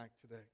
today